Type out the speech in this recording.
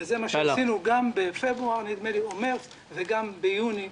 זה מה שעשינו גם בפברואר או מרץ וגם ביוני.